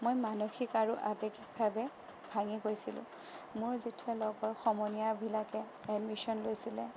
মই মানসিক আৰু আবেগিকভাৱে ভাগি পৰিছিলোঁ